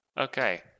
Okay